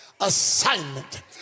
assignment